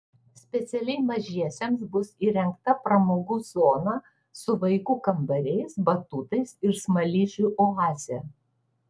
specialiai mažiesiems bus įrengta pramogų zona su vaikų kambariais batutais ir smaližių oaze